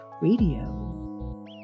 Radio